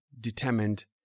determined